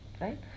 right